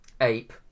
ape